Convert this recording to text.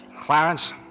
Clarence